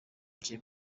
jay